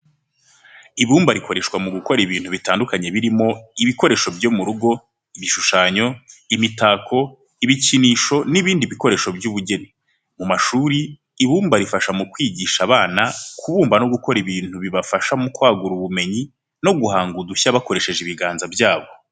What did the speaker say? Ibumba rikoreshwa mu gukora ibintu bitandukanye birimo: ibikoresho byo mu rugo, ibishushanyo, imitako, ibikinisho, n'ibindi bikoresho by'ubugeni. Mu mashuri ibumba rifasha mu kwigisha abana kubumba no gukora ibintu bibafasha mu kwagura ubumenyi no guhanga udushya bakoresheje ibiganza byabo.